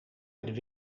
het